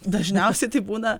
dažniausiai tai būna